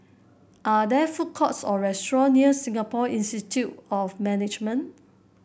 are there food courts or restaurant near Singapore Institute of Management